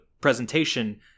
presentation